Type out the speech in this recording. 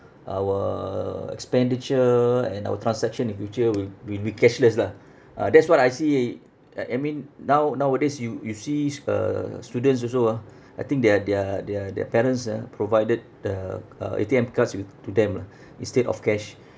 our expenditure and our transaction in future will will be cashless lah ah that's what I see I I mean now~ nowadays you you've sees uh students also ah I think their their their their parents ah provided the uh A_T_M cards with to them lah instead of cash